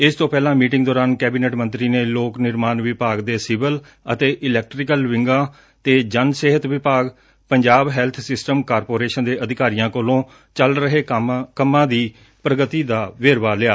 ਇਸ ਤੋਂ ਪਹਿਲਾਂ ਮੀਟਿੰਗ ਦੌਰਾਨ ਕੈਬਨਿਟ ਮੰਤਰੀ ਨੇ ਲੋਕ ਨਿਰਮਾਣ ਵਿਭਾਗ ਦੇ ਸਿਵਲ ਅਤੇ ਇਲੈਟ੍ਰੀਕਲ ਵਿੰਗਾਂ ਤੇ ਜਲ ਸਿਹਤ ਵਿਭਾਗ ਪੰਜਾਬ ਹੈਲਬ ਸਿਸਟਮ ਕਾਰਪੋਰੇਸ਼ਨ ਦੇ ਅਧਿਕਾਰੀਆਂ ਕੋਲੋਂ ਚੱਲ ਰਹੇ ਕੰਮਾਂ ਦੀ ਪ੍ਰਗਤੀ ਦਾ ਵੇਰਵਾ ਲਿਆ